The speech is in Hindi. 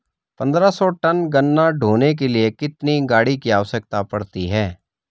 पन्द्रह सौ टन गन्ना ढोने के लिए कितनी गाड़ी की आवश्यकता पड़ती है?